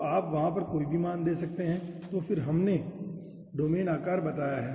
तो आप वहां पर कोई भी मान दे सकते हैं और फिर हमने डोमेन आकार बताया है